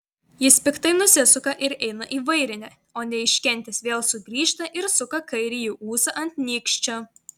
jis piktai nusisuka ir eina į vairinę o neiškentęs vėl sugrįžta ir suka kairįjį ūsą ant nykščio